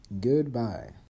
Goodbye